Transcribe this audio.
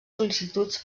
sol·licituds